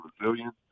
resilient